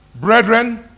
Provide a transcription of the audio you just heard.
Brethren